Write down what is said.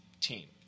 team